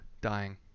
dying